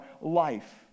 life